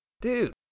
dude